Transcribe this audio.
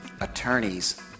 attorneys